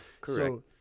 correct